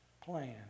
plan